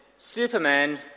Superman